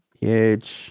huge